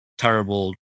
terrible